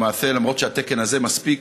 למעשה, למרות שהתקן הזה מספיק,